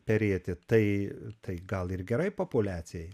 perėti tai tai gal ir gerai populiacijai